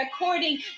according